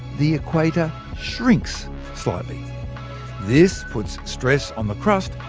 the equator shrinks slightly. this puts stress on the crust,